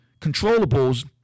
controllables